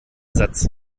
satz